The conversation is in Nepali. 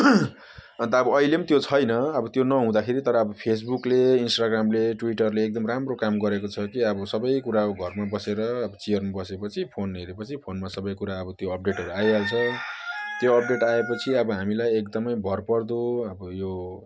अन्त अब अहिलेम् त्यो छैन अब त्यो नहुँदाखेरि तर अब फेसबुकले इन्स्टाग्रामले ट्विटरले एकदम राम्रो काम गरेको छ कि अब सबकुराको घरमा बसेर अब चियरमा बसे पछि फोन हेरे पछि फोनमा सबकुरा अब त्यो अपडेटहरू आइहाल्छ त्यो अपडेट आए पछि अब हामीलाई एकदम भरपर्दो अब यो